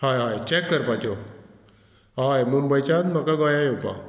हय हय चॅक करपाच्यो हय मुंबयच्यान म्हाका गोंया येवपा